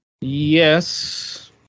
Yes